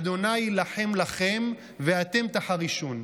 "ה' ילחם לכם ואתם תַּחֲרִשוּן".